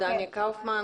כן.